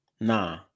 Nah